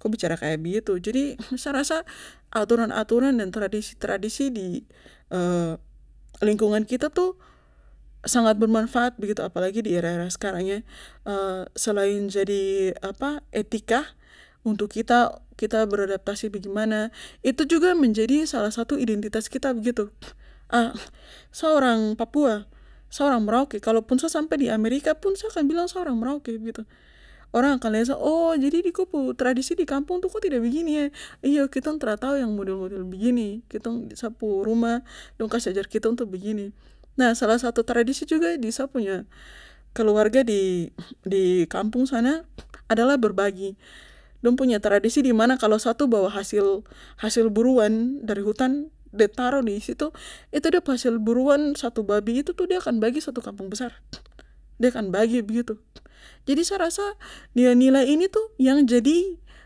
ko bicara kaya begitu jadi sa rasa aturan aturan dan tradisi tradisi di lingkungan kita tuh sangat bermanfaat begitu apalagi di era era skarang ee selain jadi apa etika untuk kita kita beradaptasi bagaimana itu juga menjadi salah satu identitas kita begitu ah sa orang papua sa orang merauke kalopun sa sampe di amerikapun sa akan bilang sa orang merauke begitu orang akan liat sa oh jadi ini kop tradisi di kampung tuh ko tidak begini eh iyo tong tra tau yang model model begini kitong di sa pu rumah dong kasih ajar kitong tu begini nah salah satu tradisi tu juga di sa punya keluarga di di kampung sana adalah berbagi dong punya tradisi di mana kalo satu bawa hasil, hasil buruan dari hutan de taro disitu itu de pu hasil buruan satu babi itu de akan bagi satu kampung besar de akan bagi begitu jadi sa rasa nilai nilai ini tuh yang jadi